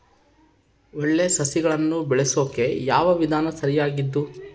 ಒಳ್ಳೆ ಸಸಿಗಳನ್ನು ಬೆಳೆಸೊಕೆ ಯಾವ ವಿಧಾನ ಸರಿಯಾಗಿದ್ದು?